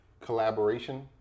collaboration